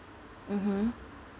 mmhmm